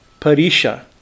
parisha